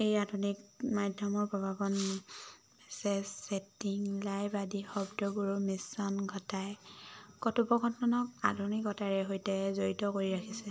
এই আধুনিক মাধ্যমৰ প্ৰভাৱন মেছেজ ছেটিং লাইভ আদি শব্দবোৰো মিশ্ৰণ ঘটাই কথোপকথনক আধুনিকতাৰে সৈতে জড়িত কৰি ৰাখিছে